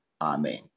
Amen